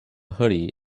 hoodie